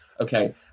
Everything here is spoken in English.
okay